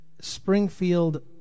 Springfield